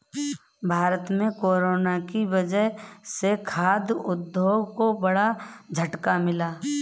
भारत में कोरोना की वजह से खाघ उद्योग को बड़ा झटका मिला है